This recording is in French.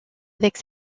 avec